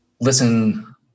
listen